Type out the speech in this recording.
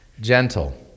Gentle